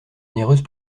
onéreuse